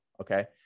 okay